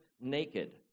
naked